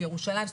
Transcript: ירושלים,